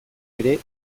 ere